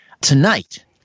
Tonight